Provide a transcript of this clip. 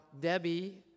Debbie